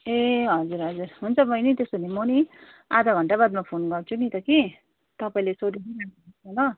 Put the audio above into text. ए हजुर हजुर हुन्छ बैनी त्यसो भए म नि आधा घन्टा बादमा फोन गर्छु नि त कि तपाईँले सोधिदिनु होस् न त ल